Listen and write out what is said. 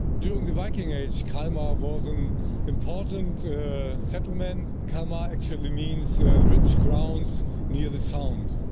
during the viking age kalmar was an important settlement. kalmar actually means rich grounds near the sound.